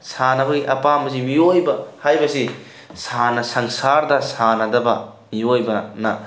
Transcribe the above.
ꯁꯥꯟꯅꯕꯒꯤ ꯑꯄꯥꯝꯕꯁꯤ ꯃꯤꯑꯣꯏꯕ ꯍꯥꯏꯕꯁꯤ ꯁꯪꯁꯥꯔꯗ ꯁꯥꯟꯅꯗꯕ ꯃꯤꯑꯣꯏꯕꯅ